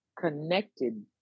connected